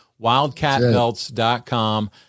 wildcatbelts.com